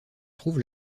trouve